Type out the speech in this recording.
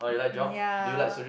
ya